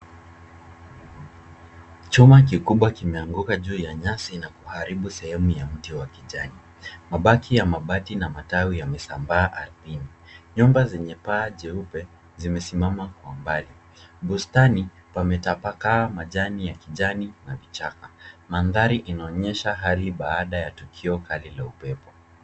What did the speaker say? Chuma kikubwa kimeanguka juu ya nyasi na kuharibu sehemu ya mti wa kijani. Mabaki ya mabati na matawi yamesambaa ardhini. Nyumba zenye paa jeupe zimesimama kwa mbali. Bustani pametapakaa majani ya kijani na vichaka. Mandhari inaonyesha hali baada ya tukio kali la upepo.